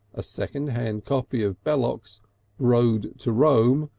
a second-hand copy of belloc's road to rome,